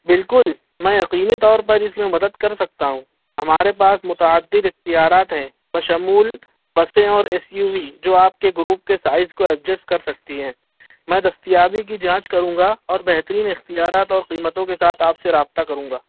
بالکل میں یقینی طور پر اس میں مدد کر سکتا ہوں ہمارے پاس متعدد اختیارات ہیں بشمول بسیں اور ایس یو وی جو آپ کے گروپ کے سائز کو ایڈجسٹ کر سکتی ہیں میں دستیابی کی جانچ کروں گا اور بہترین اختیارات اور قیمتوں کے ساتھ آپ سے رابطہ کروں گا